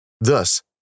Thus